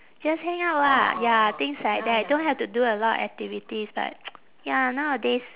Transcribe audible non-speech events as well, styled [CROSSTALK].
just hang out ah ya things like that don't have to do a lot of activities but [NOISE] ya nowadays